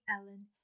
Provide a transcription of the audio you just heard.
ellen